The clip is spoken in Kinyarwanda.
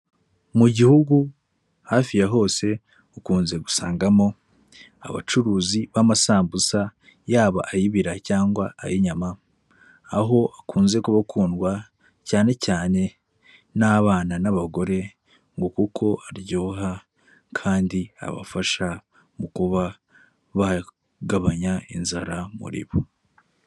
Mu gihugu hafi ya hose ukunze gusangamo abacuruzi b'amasambusa, yaba ay'ibiraha cyangwa ay'inyama, aho akunze gukundwa cyane cyane n'abana n'abagore ngo kuko aryoha kandi abafasha mu kuba bagabanya inzara muri bo.